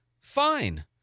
fine